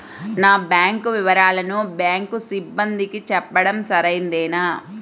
నా బ్యాంకు వివరాలను బ్యాంకు సిబ్బందికి చెప్పడం సరైందేనా?